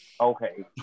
Okay